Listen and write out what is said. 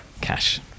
cash